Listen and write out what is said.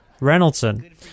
Reynoldson